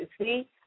See